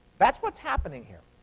that's what's happening here.